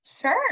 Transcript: Sure